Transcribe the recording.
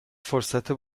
فرصت